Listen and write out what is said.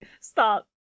Stop